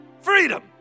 Freedom